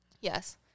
Yes